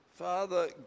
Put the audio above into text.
Father